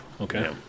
okay